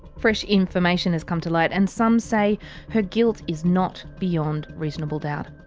fresh information has come to light. and some say her guilt is not beyond reasonable doubt.